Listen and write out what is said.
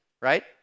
right